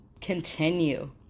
continue